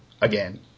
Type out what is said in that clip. again